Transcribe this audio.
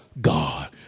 God